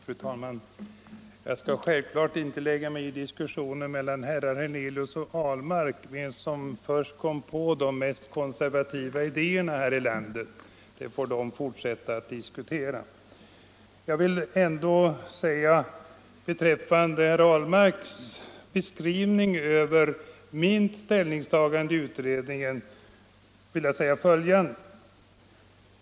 Fru talman! Jag skall självfallet inte lägga mig i diskussionen mellan herrar Hernelius och Ahlmark om vem som först kom på de mest konservativa idéerna här i landet; det får de fortsätta att diskutera. Beträffande herr Ahlmarks beskrivning av mitt ställningstagande i utredningen vill jag säga följande.